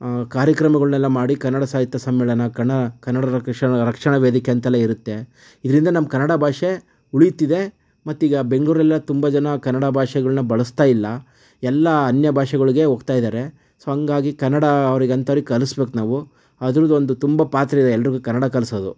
ಕಾರ್ಯಕ್ರಮಗಳ್ನೆಲ್ಲ ಮಾಡಿ ಕನ್ನಡ ಸಾಹಿತ್ಯ ಸಮ್ಮೇಳನ ಕಣ ಕನ್ನಡ ರಕಷಣ ರಕ್ಷಣಾ ವೇದಿಕೆ ಅಂತೆಲ್ಲ ಇರುತ್ತೆ ಇದರಿಂದ ನಮ್ಮ ಕನ್ನಡ ಭಾಷೆ ಉಳಿಯುತ್ತಿದೆ ಮತ್ತೀಗ ಬೆಂಗಳೂರಲ್ಲೇ ತುಂಬ ಜನ ಕನ್ನಡ ಭಾಷೆಗಳ್ನ ಬಳಸ್ತಾ ಇಲ್ಲ ಎಲ್ಲ ಅನ್ಯ ಭಾಷೆಗಳ್ಗೆ ಹೋಗ್ತಾ ಇದ್ದಾರೆ ಸೊ ಹಾಗಾಗಿ ಕನ್ನಡ ಅವ್ರಿಗೆ ಅಂತವ್ರಿಗೆ ಕಲುಸ್ಬೇಕು ನಾವು ಅದ್ರದೊಂದು ತುಂಬ ಪಾತ್ರ ಇದೆ ಎಲ್ಲರಿಗೂ ಕನ್ನಡ ಕಲಿಸೋದು